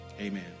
Amen